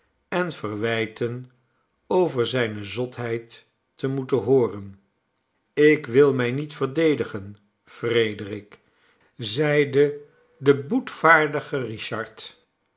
en verwijten over zijne zotheid te moeten hooren ik wil mij niet verdedigen frederik zeide de boetvaardige richard